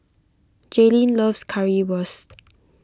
Jalynn loves Currywurst